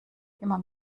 immer